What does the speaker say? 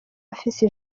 afise